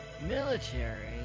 military